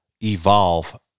evolve